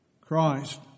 Christ